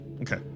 Okay